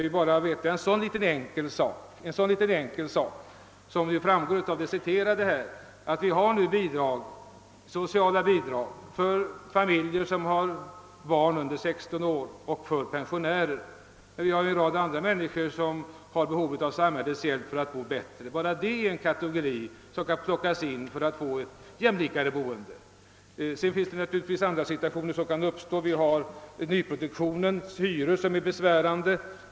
Jag vill peka på en så enkel sak, som framgår av det citerade avsnittet, att vi nu ger bidrag åt familjer som har barn under 16 år och åt pensionärer. Det finns en rad andra människor som har behov av samhällets hjälp för att bo bättre. Även de är en kategori som bör tas med om man vill få ett jämlikare boende. Sedan finns det andra situationer som kan uppstå. Nyproduktionens hyror är besvärande.